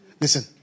Listen